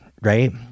right